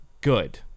good